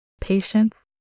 Patience